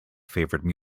favorite